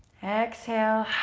exhale.